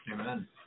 Amen